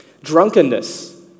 Drunkenness